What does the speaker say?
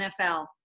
NFL